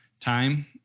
time